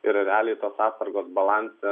ir realiai tos atsargos balanse